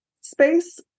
space